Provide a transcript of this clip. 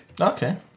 Okay